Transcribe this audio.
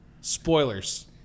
spoilers